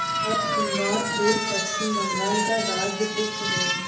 हरसिंगार फूल पश्चिम बंगाल का राज्य पुष्प है